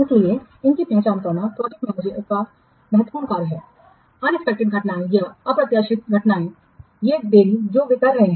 इसलिए जब इनकी पहचान करना प्रोजेक्ट मैनेजर का महत्वपूर्ण कार्य है अप्रत्याशित घटनाएँ या ये देरी जो वे कर रहे हैं